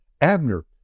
Abner